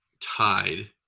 Tied